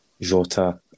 Jota